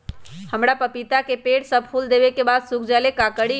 हमरा पतिता के पेड़ सब फुल देबे के बाद सुख जाले का करी?